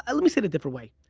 ah let me say it a different way.